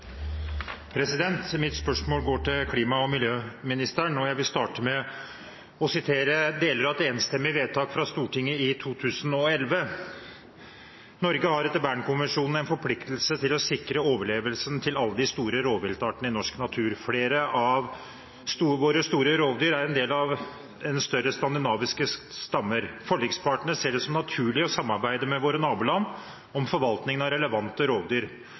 Mitt spørsmål går til klima- og miljøministeren, og jeg vil starte med å sitere deler av et enstemmig vedtak i Stortinget fra 2011: «Norge har etter Bern-konvensjonen en forpliktelse til å sikre overlevelsen til alle de store rovviltartene i norsk natur. Flere av våre store rovdyr er en del av større skandinaviske stammer, forlikspartene ser det som naturlig å samarbeide med våre naboland om forvaltning av relevante rovdyr,